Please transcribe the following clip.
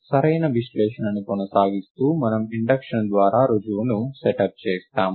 సరైన విశ్లేషణను కొనసాగిస్తూ మనము ఇండక్షన్ ద్వారా రుజువును సెటప్ చేస్తాము